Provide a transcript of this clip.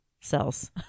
cells